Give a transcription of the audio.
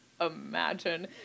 imagine